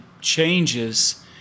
changes